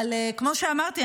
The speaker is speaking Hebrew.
אבל כמו שאמרתי,